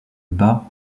bas